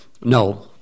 No